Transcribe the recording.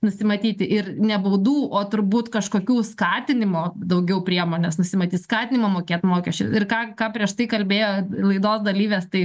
nusimatyti ir ne baudų o turbūt kažkokių skatinimo daugiau priemones nusimatyt skatinimo mokėt mokesčiu ir ką ką prieš tai kalbėjo laidos dalyvės tai